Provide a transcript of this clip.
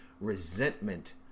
resentment